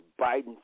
Biden